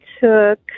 took